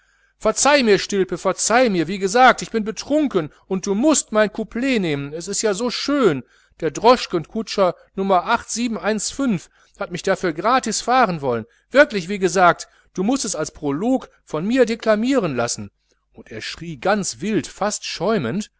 verzeihe mir stilpe verzeihe mir wie gesagt ich bin betrunken und du mußt mein couplet nehmen es ist ja so schön der droschkenkutscher nr hat mich dafür gratis fahren wollen wirklich wie gesagt du mußt es als prolog von mir deklamieren lassen und er schrie ganz wild fast schäumend